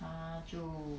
她就